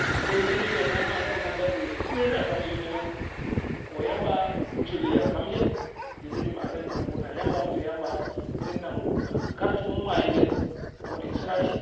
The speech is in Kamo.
ti̱ng di̱ shi̱ be mi̱ yang maake̱l langka bwi̱i̱r bwi̱i̱r a kam ne̱ yim ne̱ me̱ ko̱ Yamba ncek ye̱ a kamshi̱n di̱ shi̱ mi̱ maake̱l nangbu̱u̱r na Yamba mi̱ so̱ Yamba mi̱ nangbu̱u̱r a dure kar tu̱u̱ mu̱ mmaa yu̱m de̱ na mu̱ di̱ shi̱ra di̱.